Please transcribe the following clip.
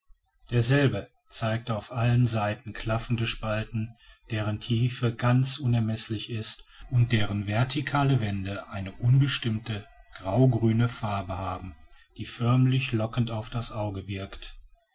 derselbe zeigt auf allen seiten klaffende spalten deren tiefe ganz unermeßlich ist und deren verticale wände eine unbestimmte graugrüne farbe haben die förmlich lockend auf das auge wirkt